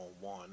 one